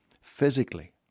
physically